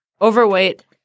overweight